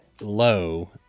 low